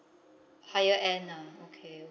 higher end ah okay okay